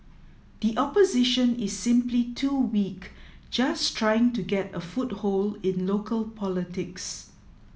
the opposition is simply too weak just trying to get a foothold in local politics